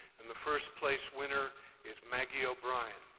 and the first place winner is maggie o'brien.